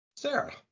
Sarah